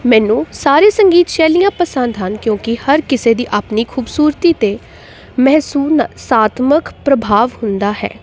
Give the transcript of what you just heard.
ਮੈਨੂੰ ਸਾਰੇ ਸੰਗੀਤ ਸ਼ੈਲੀਆਂ ਪਸੰਦ ਹਨ ਕਿਉਂਕਿ ਹਰ ਕਿਸੇ ਦੀ ਆਪਣੀ ਖੂਬਸੂਰਤੀ ਅਤੇ ਮਹਿਸੂਸਾਤਮਕ ਪ੍ਰਭਾਵ ਹੁੰਦਾ ਹੈ